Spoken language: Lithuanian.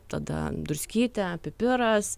tada druskytė pipiras